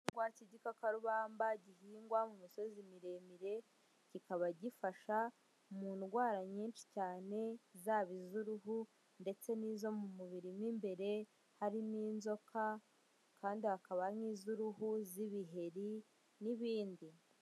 Igihingwa cy'igikakarubamba gihingwa mu misozi miremire, kikaba gifasha mu ndwara nyinshi cyane zaba iz'uruhu ndetse n'izo mu mubiri mo imbere harimo inzoka kandi hakaba n'iz'uruhu, iz'ibiheri n'ibindi.